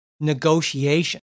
Negotiation